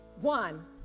one